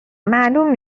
معلوم